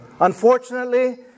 Unfortunately